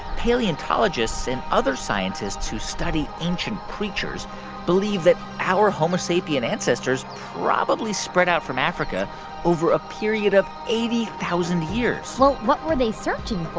paleontologists and other scientists who study ancient creatures believe that our homo sapien ancestors probably spread out from africa over a period of eighty thousand years well, so what were they searching for?